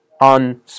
on